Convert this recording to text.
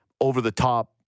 over-the-top